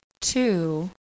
Two